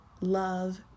love